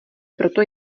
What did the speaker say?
proto